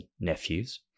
nephews